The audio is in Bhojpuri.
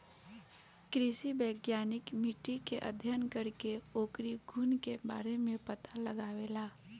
कृषि वैज्ञानिक मिट्टी के अध्ययन करके ओकरी गुण के बारे में पता लगावेलें